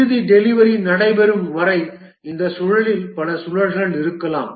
இறுதி டெலிவரி நடைபெறும் வரை இந்த சுழலில் பல சுழல்கள் இருக்கலாம்